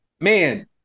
man